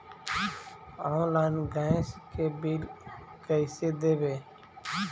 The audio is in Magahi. आनलाइन गैस के बिल कैसे देबै?